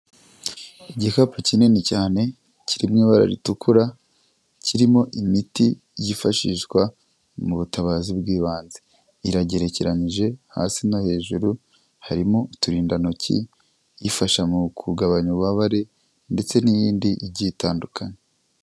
Igikapu kinini cyane kiri mu ibara ritukura, kirimo imiti yifashishwa mu butabazi bw'ibanze, iragerekeranije hasi no hejuru harimo uturindantoki ifasha mu kugabanya ububabare ndetse n'iyindi igiye itandukanye.